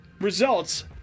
results